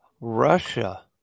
Russia